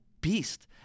beast